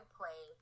play